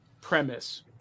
premise